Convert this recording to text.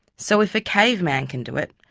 so if a caveman can do it,